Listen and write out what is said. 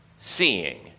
seeing